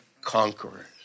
conquerors